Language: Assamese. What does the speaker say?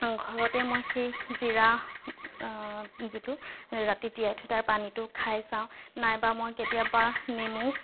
ঘৰতে মই সেই জীৰা যিটো ৰাতি তিয়াই থৈ তাৰ পানীটো খাই চাও নাইবা মই কেতিয়াবা নেমু